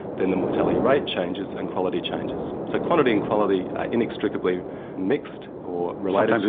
then the mortality rate changes and quality changes. so quantity and quality are inextricably mixed, or related.